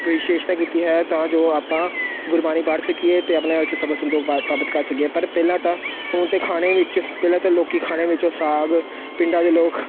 ਵਿਸ਼ੇਸ਼ਤਾ ਕੀਤੀ ਹੈ ਤਾਂ ਜੋ ਆਪਾਂ ਗੁਰਬਾਣੀ ਪੜ੍ਹ ਸਕੀਏ ਅਤੇ ਆਪਣੇ ਵਿੱਚ ਸਬਰ ਸੰਤੋਖ ਪਾ ਪ੍ਰਾਪਤ ਕਰ ਸਕੀਏ ਪਰ ਪਹਿਲਾਂ ਤਾਂ ਹੁਣ ਤਾਂ ਖਾਣੇ ਵਿੱਚ ਪਹਿਲਾਂ ਤਾਂ ਲੋਕ ਖਾਣੇ ਵਿੱਚ ਸਾਗ ਪਿੰਡਾਂ ਦੇ ਲੋਕ